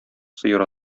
сыер